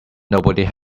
nobody